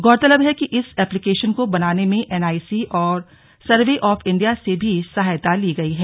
गौरतलब है कि इस एप्लीकेशन को बनाने में एनआईसी और सर्वे ऑफ इण्डिया से भी सहायता ली गयी है